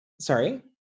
Sorry